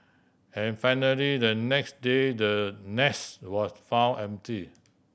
and finally the next day the nest was found empty